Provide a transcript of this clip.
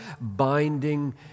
binding